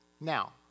Now